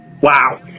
Wow